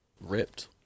ripped